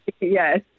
Yes